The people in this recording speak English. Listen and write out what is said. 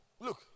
Look